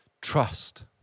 trust